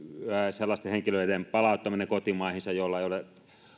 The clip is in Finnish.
sellaisten henkilöiden palauttamisen kotimaihinsa joilla ei enää ole